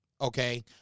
Okay